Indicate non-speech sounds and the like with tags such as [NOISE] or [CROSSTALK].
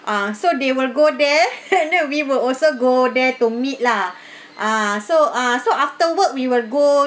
ah so they will go there [LAUGHS] and then we will also go there to meet lah [BREATH] ah so ah so after work we will go